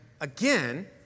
again